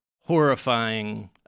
horrifying